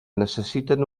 necessiten